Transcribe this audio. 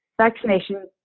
Vaccination